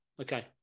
Okay